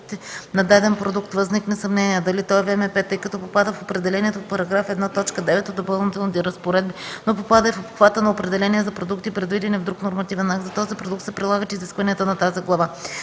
на даден продукт възникне съмнение дали той е ВМП, тъй като попада в определението по § 1, т. 9 от Допълнителните разпоредби, но попада и в обхвата на определение за продукти, предвидени в друг нормативен акт, за този продукт се прилагат изискванията на тази глава.